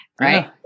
right